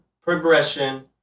progression